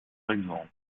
exemple